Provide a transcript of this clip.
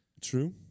True